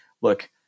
look